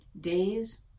Days